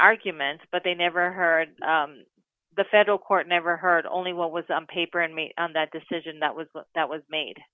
arguments but they never heard the federal court never heard only what was on paper and made that decision that was that was made